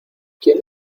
quién